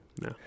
No